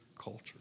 culture